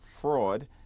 fraud